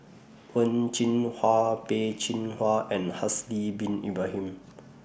Wen Jinhua Peh Chin Hua and Haslir Bin Ibrahim